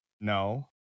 no